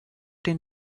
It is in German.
den